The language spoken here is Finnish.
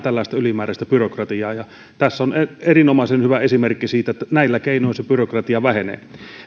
tällaista ylimääräistä byrokratiaa ja tässä on erinomaisen hyvä esimerkki siitä että näillä keinoin se byrokratia vähenee